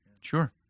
Sure